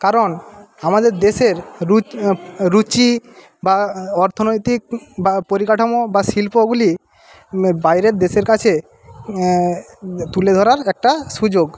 কারণ আমাদের দেশের রুচি বা অর্থনৈতিক বা পরিকাঠামো বা শিল্পগুলি বাইরের দেশের কাছে তুলে ধরার একটা সুযোগ